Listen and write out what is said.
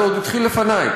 אז זה התחיל עוד לפני.